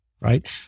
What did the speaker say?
Right